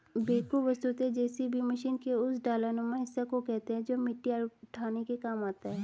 backhoe वस्तुतः JCB machine के उस डालानुमा हिस्सा को कहते हैं जो मिट्टी आदि उठाने के काम आता है